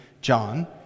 John